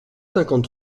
cinquante